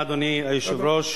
אדוני היושב-ראש,